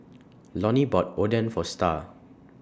Lonny bought Oden For Starr